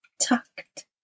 tucked